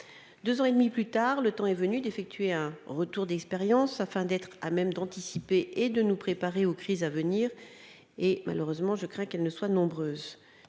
heures et demie plus tard, le temps est venu d'effectuer un retour d'expérience afin d'être à même d'anticiper et de nous préparer aux crises à venir et, malheureusement, je crains qu'elle ne soient nombreuses,